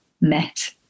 met